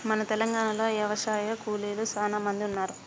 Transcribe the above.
మన తెలంగాణలో యవశాయ కూలీలు సానా మంది ఉన్నారు